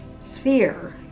sphere